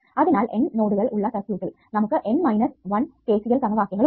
അതിനാൽ N നോഡുകൾ ഉള്ള സർക്യൂട്ടിൽ നമുക്ക് N മൈനസ് 1 KCL സമവാക്യങ്ങൾ ഉണ്ട്